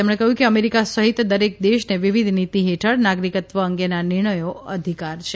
તેમણે કહ્યું કે અમેરિકા સહિત દરેક દેશને વિવિધ નિતી હેઠળ નાગરિકત્વ અંગેના નિર્ણયનો અધિકાર છે